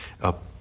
up